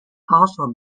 also